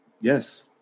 yes